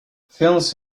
films